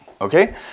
Okay